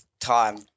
time